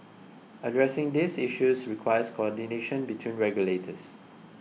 addressing these issues requires coordination between regulators